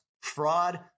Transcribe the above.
fraud